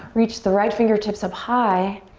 reach the right fingertips up high.